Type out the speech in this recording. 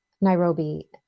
Nairobi